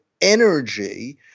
energy